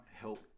help